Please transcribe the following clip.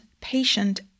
patient